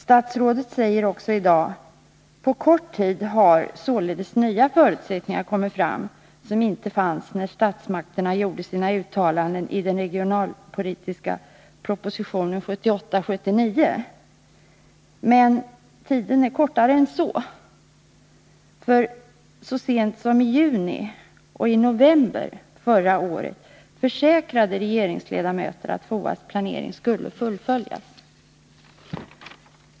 Statsrådet säger också i dag: ”På kort tid har således nya förutsättningar kommit fram som inte fanns när statsmakterna gjorde sina uttalanden i den regionalpolitiska propositionen 1978/79.” Tiden är emellertid kortare än så. Så sent som i juni och november förra året försäkrade regeringsledamöter att FOA: s planering skulle fullföljas.